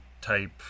type